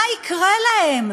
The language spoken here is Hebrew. מה יקרה להם?